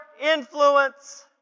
influence